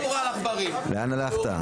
תומר, לאן הלכת?